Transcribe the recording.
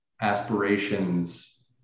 aspirations